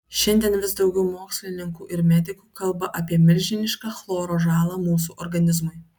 šiandien vis daugiau mokslininkų ir medikų kalba apie milžinišką chloro žalą mūsų organizmui